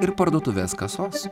ir parduotuvės kasos